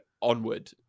onward